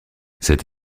cette